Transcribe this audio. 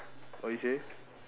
what you say